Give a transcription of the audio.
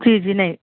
جی جی نہیں